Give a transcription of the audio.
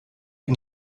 die